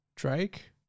Drake